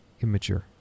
Immature